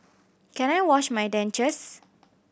can I wash my dentures